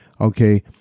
okay